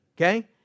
okay